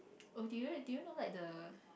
oh do you do you know like the